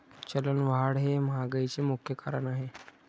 चलनवाढ हे महागाईचे मुख्य कारण आहे